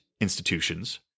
institutions